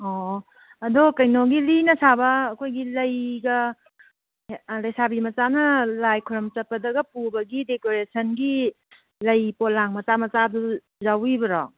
ꯑꯣ ꯑꯗꯣ ꯀꯩꯅꯣꯒꯤ ꯂꯤꯅ ꯁꯥꯕ ꯑꯩꯈꯣꯏꯒꯤ ꯂꯩꯒ ꯂꯩꯁꯥꯕꯤ ꯃꯆꯥꯅ ꯂꯥꯏ ꯈꯨꯔꯨꯝ ꯆꯠꯄꯗꯒ ꯄꯨꯕꯒꯤ ꯗꯦꯀꯣꯔꯦꯁꯟꯒꯤ ꯂꯩ ꯄꯣꯂꯥꯡ ꯃꯆꯥ ꯃꯆꯥꯗꯨ ꯌꯥꯎꯕꯤꯕ꯭ꯔꯣ